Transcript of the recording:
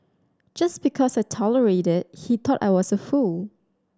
just because I tolerated he thought I was a fool